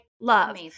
love